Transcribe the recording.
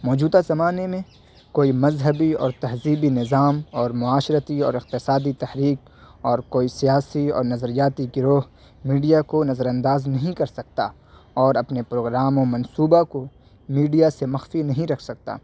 موجودہ زمانے میں کوئی مذہبی اور تہذیبی نظام اور معاشرتی اور اقتصادی تحریک اور کوئی سیاسی اور نظریاتی گروہ میڈیا کو نظر انداز نہیں کر سکتا اور اپنے پروگرام و منصوبہ کو میڈیا سے مخفی نہیں رکھ سکتا